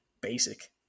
basic